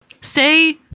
say